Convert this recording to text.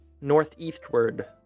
northeastward